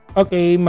okay